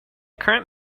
current